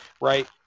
right